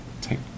take